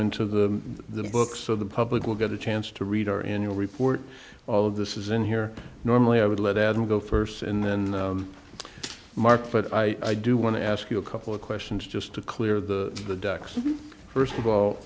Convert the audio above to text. into the books so the public will get a chance to read or in your report all of this is in here normally i would let adam go first and then mark but i do want to ask you a couple of questions just to clear the decks first of all